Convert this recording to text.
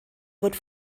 wird